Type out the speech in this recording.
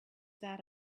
that